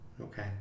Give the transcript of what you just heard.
okay